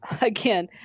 Again